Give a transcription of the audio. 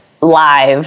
live